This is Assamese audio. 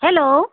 হেল্ল'